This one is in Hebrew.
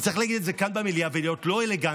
אם צריך להגיד את זה כאן במליאה ולהיות לא אלגנטי,